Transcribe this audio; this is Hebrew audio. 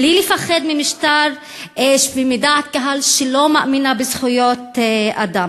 בלי לפחד מדעת קהל שלא מאמינה בזכויות אדם.